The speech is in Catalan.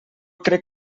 crec